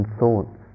thoughts